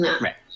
right